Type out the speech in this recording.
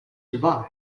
survive